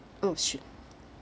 oh sure